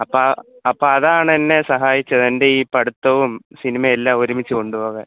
അപ്പം അപ്പം അതാണ് എന്നെ സഹായിച്ചത് എന്റെ ഈ പഠിത്തവും സിനിമയുമെല്ലാം ഒരുമിച്ച് കൊണ്ടുപോകാൻ